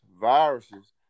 viruses